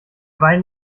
wein